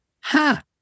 ha